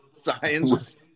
science